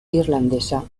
irlandesa